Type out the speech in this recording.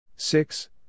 Six